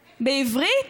בעברית,